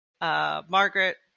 Margaret